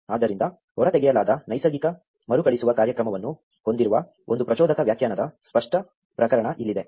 ಅದರಿಂದ ಹೊರತೆಗೆಯಲಾದ ನೈಸರ್ಗಿಕ ಮರುಕಳಿಸುವ ಕಾರ್ಯಕ್ರಮವನ್ನು ಹೊಂದಿರುವ ಒಂದು ಪ್ರಚೋದಕ ವ್ಯಾಖ್ಯಾನದ ಸ್ಪಷ್ಟ ಪ್ರಕರಣ ಇಲ್ಲಿದೆ